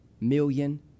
million